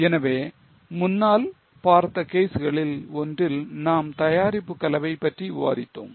எனவே முன்னால் பார்த்த கேஸ்களில் ஒன்றில் நாம் தயாரிப்பு கலவை பற்றி விவாதித்தோம்